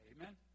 Amen